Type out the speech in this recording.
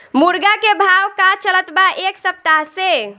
मुर्गा के भाव का चलत बा एक सप्ताह से?